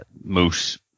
moose